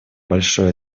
большой